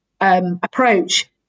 approach